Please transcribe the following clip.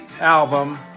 album